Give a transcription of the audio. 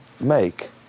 make